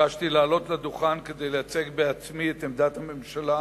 ביקשתי לעלות לדוכן כדי לייצג בעצמי את עמדת הממשלה